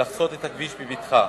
לחצות את הכביש בבטחה.